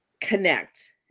connect